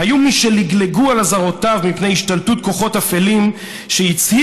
היו מי שלגלגו על אזהרות מפני השתלטות כוחות אפלים שהצהירו,